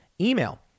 email